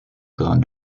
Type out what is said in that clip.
dran